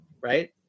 Right